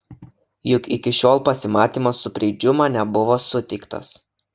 juk iki šiol pasimatymas su preidžiu man nebuvo suteiktas